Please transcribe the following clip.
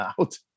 out